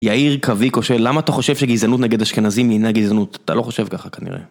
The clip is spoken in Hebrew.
יאיר קווי קושל, למה אתה חושב שגזענות נגד אשכנזים היא אינה גזענות? אתה לא חושב ככה כנראה.